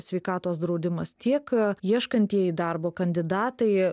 sveikatos draudimas tiek ieškantieji darbo kandidatai